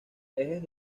ejes